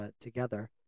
together